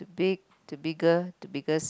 big to bigger to biggest